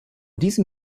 diesem